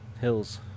hills